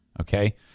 okay